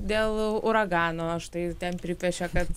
dėl uragano štai ten pripiešia kad